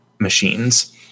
machines